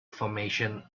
formation